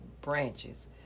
branches